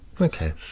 Okay